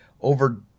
over